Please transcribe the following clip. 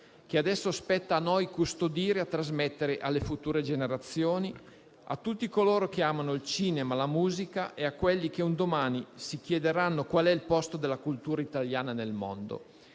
che adesso spetta a noi custodire e trasmettere alle future generazioni, a tutti coloro che amano il cinema, la musica, e a quelli che un domani si chiederanno qual è il posto della cultura italiana nel mondo.